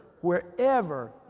wherever